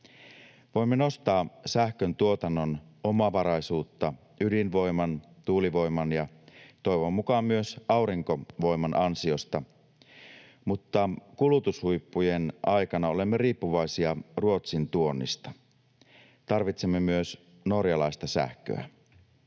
Voimme nostaa sähköntuotannon omavaraisuutta ydinvoiman, tuulivoiman ja toivon mukaan myös aurinkovoiman ansiosta, mutta kulutushuippujen aikana olemme riippuvaisia Ruotsin tuonnista. Tarvitsemme myös norjalaista sähköä.